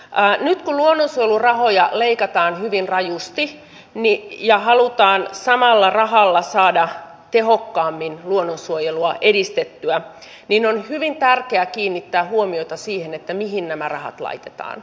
nyt kun luonnonsuojelurahoja leikataan hyvin rajusti ja halutaan samalla rahalla saada tehokkaammin luonnonsuojelua edistettyä niin on hyvin tärkeää kiinnittää huomiota siihen mihin nämä rahat laitetaan